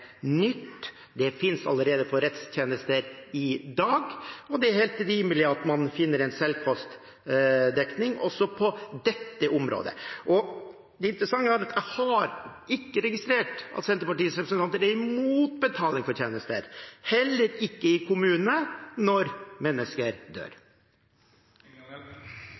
nytt, det finnes allerede for rettstjenester i dag, og det er helt rimelig at man finner en selvkostdekning også på dette området. Det interessante er at jeg ikke har registrert at Senterpartiets representanter er imot betaling for tjenester, heller ikke i kommunene når mennesker dør.